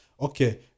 Okay